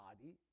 body